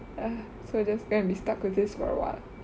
so just gonna be stuck with this for awhile